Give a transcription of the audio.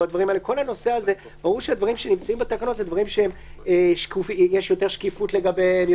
ברור שהדברים שנמצאים בתקנות הם דברים שיש שקיפות לגביהם,